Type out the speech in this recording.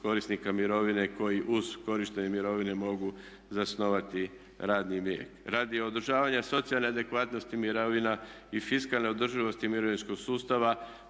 korisnika mirovine koji uz korištenje mirovine mogu zasnovati radni vijek. Radi održavanja socijalne adekvatnosti mirovina i fiskalne održivosti mirovinskog sustava